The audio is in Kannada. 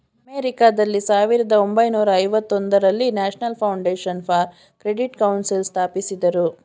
ಅಮೆರಿಕಾದಲ್ಲಿ ಸಾವಿರದ ಒಂಬೈನೂರ ಐವತೊಂದರಲ್ಲಿ national foundation for credit council ಸ್ಥಾಪಿಸಿದರು